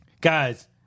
Guys